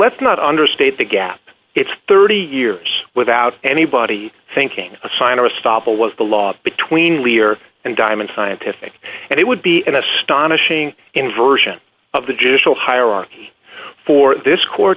let's not understate the gap it's thirty years without anybody thinking a sign or a stop or what's the law between we're and diamond scientific and it would be an astonishing inversion of the judicial hierarchy for this court